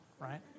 right